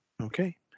Okay